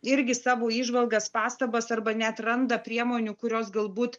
irgi savo įžvalgas pastabas arba net randa priemonių kurios galbūt